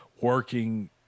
working